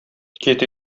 кит